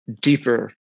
deeper